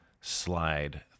slide